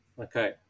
Okay